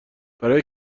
برای